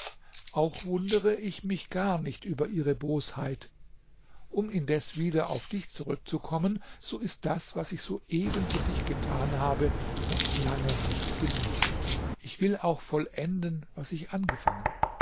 auch wundere ich mich gar nicht über ihre bosheit um indes wieder auf dich zurückzukommen so ist das was ich soeben für dich getan habe noch lange nicht genug ich will auch vollenden was ich angefangen